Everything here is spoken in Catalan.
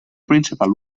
principal